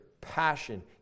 passion